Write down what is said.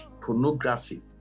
pornography